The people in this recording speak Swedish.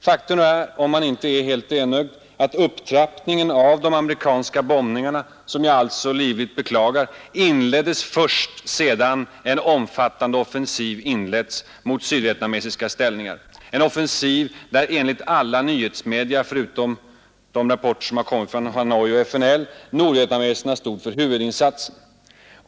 Faktum är, om man inte är helt enögd, att upptrappningen av de amerikanska bombningarna — som jag alltså livligt beklagar — inleddes först sedan en omfattande offensiv inletts mot de sydvietnamesiska ställningarna, en offensiv där enligt alla nyhetsmedia, utom de rapporter som inkommit från Hanoi och FNL, nordvietnameserna stod för huvudinsatsen.